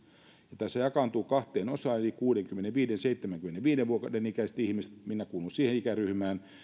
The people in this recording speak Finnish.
se jakaantuu kahteen osaan eli on kuudenkymmenenviiden viiva seitsemänkymmenenviiden vuoden ikäiset ihmiset minä kuulun siihen ikäryhmään